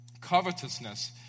covetousness